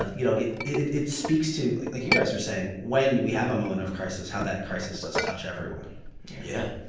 ah you know, it it speaks to like you guys were saying when we have a moment of crisis, how that crisis does touch everyone yeah.